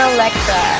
Alexa